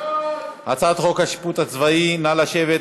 הצעת חוק השיפוט הצבאי, נא לשבת.